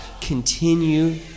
continue